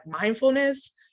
mindfulness